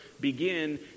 begin